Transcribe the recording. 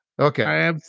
Okay